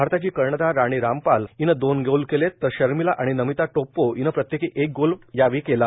भारताची कर्णधार राणी रामपालं दोन गोल केले तर शर्मिला आणि नमिता टोप्पो हीनं प्रत्येकी एक गोल केला